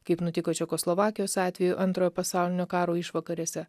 kaip nutiko čekoslovakijos atveju antrojo pasaulinio karo išvakarėse